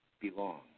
belong